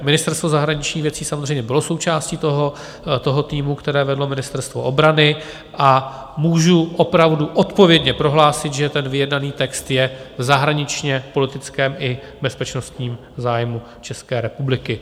Ministerstvo zahraničních věcí samozřejmě bylo součástí toho týmu, který vedlo Ministerstvo obrany, a můžu opravdu odpovědně prohlásit, že ten vyjednaný text je v zahraničněpolitickém i bezpečnostním zájmu České republiky.